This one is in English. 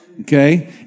Okay